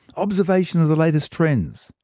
observation of the latest trends,